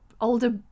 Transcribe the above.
older